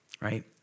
right